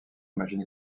machine